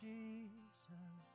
Jesus